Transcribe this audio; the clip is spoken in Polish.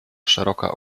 szeroka